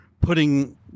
putting